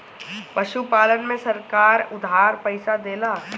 पशुपालन में सरकार उधार पइसा देला?